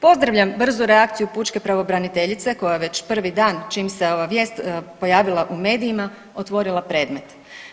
Pozdravljam brzu reakciju pučke pravobraniteljice koja je već prvi dan čim se ova vijest pojavila u medijima otvorila predmet.